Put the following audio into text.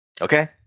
okay